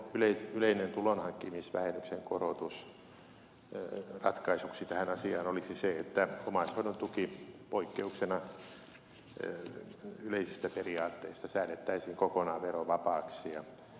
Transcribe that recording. kalliksen yleinen tulonhankkimisvähennyksen korotus olisi se että omaishoidon tuki poikkeuksena yleisistä periaatteista säädettäisiin kokonaan verovapaaksi